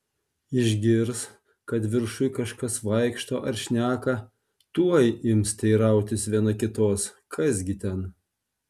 išgirs kad viršuj kažkas vaikšto ar šneka tuoj ims teirautis viena kitos kas gi ten